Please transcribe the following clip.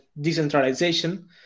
decentralization